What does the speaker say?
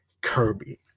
Kirby